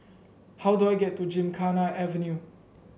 how do I get to Gymkhana Avenue